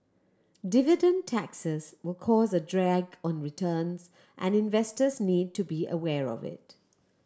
dividend taxes will cause a drag on returns and investors need to be aware of it